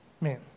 Man